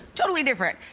totally different.